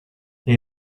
they